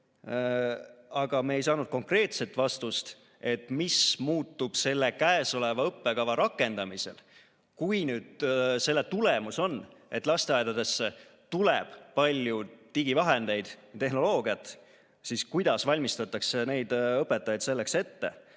Aga me ei saanud konkreetset vastust, mis muutub selle käesoleva õppekava rakendamisel. Kui nüüd selle tulemus on, et lasteaedadesse tuleb palju digivahendeid ja tehnoloogiat, siis kuidas valmistatakse neid õpetajaid selleks ette,